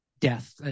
death